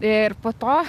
ir po to